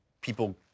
people